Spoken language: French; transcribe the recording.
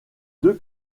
deux